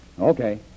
Okay